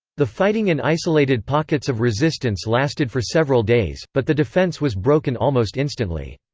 the fighting in isolated pockets of resistance lasted for several days, but the defence was broken almost instantly.